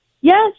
Yes